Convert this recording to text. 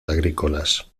agrícolas